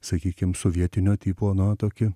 sakykim sovietinio tipo na tokį